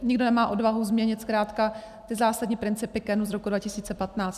Nikdo nemá odvahu změnit zkrátka ty zásadní principy KEN z roku 2015.